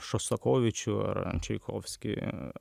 šostakovičių ar čaikovskį